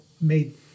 made